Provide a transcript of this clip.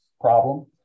problem